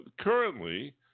currently